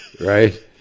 right